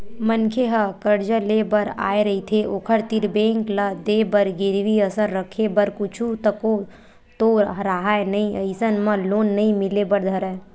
मनखे ह करजा लेय बर आय रहिथे ओखर तीर बेंक ल देय बर गिरवी असन रखे बर कुछु तको तो राहय नइ अइसन म लोन नइ मिले बर धरय